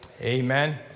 Amen